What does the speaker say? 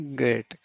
great